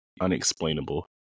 unexplainable